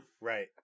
Right